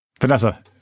Vanessa